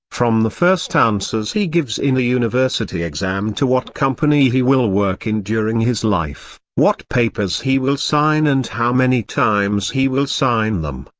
from the first answers he gives in a university exam to what company he will work in during his life, what papers he will sign and how many times he will sign them,